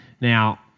Now